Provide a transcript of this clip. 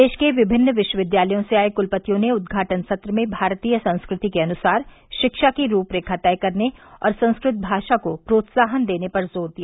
देश के विभिन्न विश्वविद्यालयों से आए क्लपतियों ने उद्वाटन सत्र में भारतीय संस्कृति के अनुसार शिक्षा की रूपरेखा तय करने और संस्कृत भाषा को प्रोत्साहन देने पर जोर दिया